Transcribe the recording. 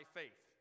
faith